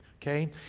Okay